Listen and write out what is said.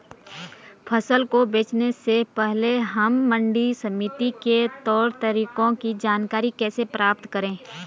फसल को बेचने से पहले हम मंडी समिति के तौर तरीकों की जानकारी कैसे प्राप्त करें?